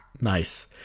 Nice